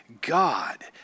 God